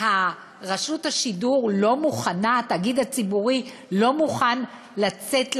רשות השידור, התאגיד הציבורי לא מוכן לצאת לאוויר?